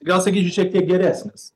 gal sakyčiau šiek tiek geresnis